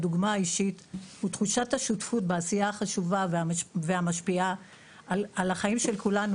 הדוגמה האישית ותחושת השותפות בעשייה החשובה והמשפיעה על החיים של כולנו